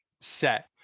set